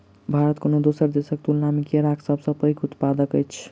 भारत कोनो दोसर देसक तुलना मे केराक सबसे पैघ उत्पादक अछि